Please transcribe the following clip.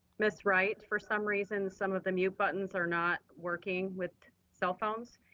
ms. wright, for some reason, some of the mute buttons are not working with cellphones.